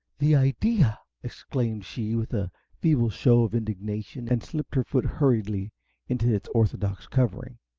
the idea! exclaimed she, with a feeble show of indignation, and slipped her foot hurriedly into its orthodox covering.